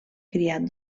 criat